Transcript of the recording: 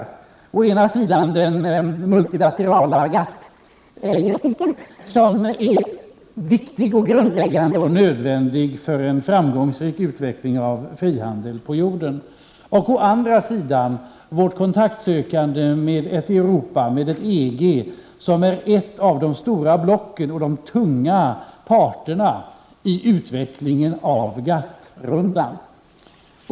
Det gäller å ena sidan den multilaterala GATT-jurisdiktionen, som är viktig, grundläggande och nödvändig för en framgångsrik utveckling av frihandeln på jorden och å andra sidan vårt kontaktsökande med ett Europa, med ett EG, som är ett av de stora blocken och en av de tunga parterna i utvecklingen av GATT rundan.